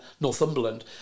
Northumberland